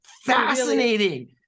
fascinating